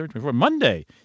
Monday